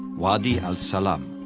wadi al-salaam,